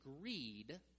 greed